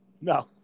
No